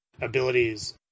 abilities